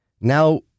Now